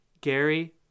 Gary